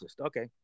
Okay